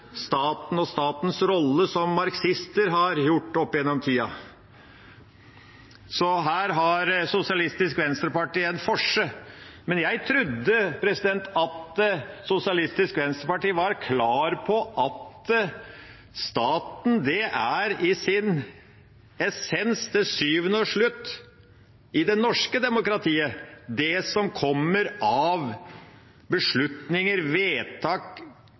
staten og statens rolle som marxister har gjort opp gjennom tida, så her har Sosialistisk Venstreparti en forse, men jeg trodde at Sosialistisk Venstreparti var klar på at staten er i sin essens, til syvende og sist, i det norske demokratiet det som kommer av beslutninger, vedtak